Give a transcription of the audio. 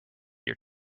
your